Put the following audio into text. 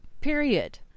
Period